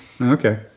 Okay